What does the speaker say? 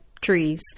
trees